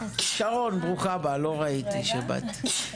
שרון, ברוכה הבאה, לא ראיתי שבאת.